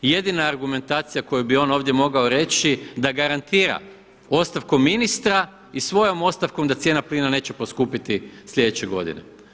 Jedina argumentacija koju bi on ovdje mogao reći da garantira ostavkom ministra i svojom ostavkom da cijena plina neće poskupiti sljedeće godine.